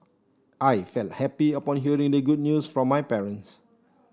I felt happy upon hearing the good news from my parents